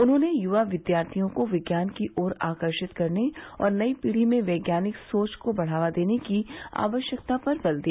उन्होंने युवा विद्यार्थियों को विज्ञान की ओर आकर्षित करने और नई पीढ़ी में वैज्ञानिक सोच को बढ़ावा देने की आवश्यकता पर बल दिया